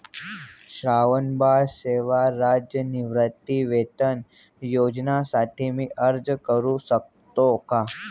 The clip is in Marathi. श्रावणबाळ सेवा राज्य निवृत्तीवेतन योजनेसाठी मी अर्ज करू शकतो का?